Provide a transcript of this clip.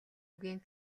үгийн